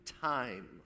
time